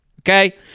okay